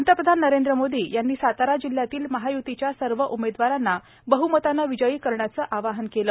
पंतप्रधान नरेंद्र मोदी यांनी सातारा जिल्ह्यातील महायुतीच्या सर्व उमेदवारांना बह्मतानं विजयी करण्याचं आवाहन केलं